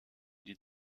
die